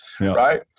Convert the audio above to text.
right